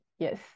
Yes